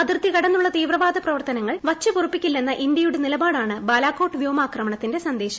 അതിർത്തികടന്നുള്ള് ത്രീപ്രവാദ പ്രവർത്തനങ്ങൾ വെച്ച് പൊറുപ്പിക്കില്ലെന്ന ഇന്ത്യയുടെ ്നിലപാടാണ് ബലാക്കോട്ട് വ്യോമാക്രമണത്തിന്റെ സന്ദേശ്ം